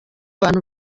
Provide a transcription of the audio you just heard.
abantu